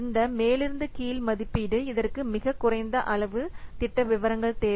இந்த மேலிருந்து கீழ் மதிப்பீடு இதற்கு மிகக் குறைந்த அளவு திட்ட விவரங்கள்தேவை